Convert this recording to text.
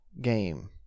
Game